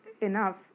enough